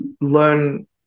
learn